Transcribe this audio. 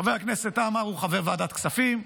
חבר הכנסת עמאר הוא חבר ועדת הכספים,